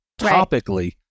topically